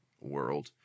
world